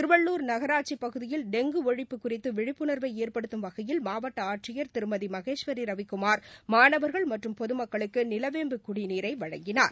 திருவள்ளூர் நகராட்சிப் பகுதியில் டெங்கு ஒழிப்பு குறித்து விழிப்புணர்வை ஏற்படுத்தும் வகையில் மாவட்ட ஆட்சியர் திருமதி மகேஸ்வரி ரவிக்குமார் மாணவர்கள் மற்றும் பொதுமக்களுக்கு நிலவேம்பு குடிநீரை வழங்கினார்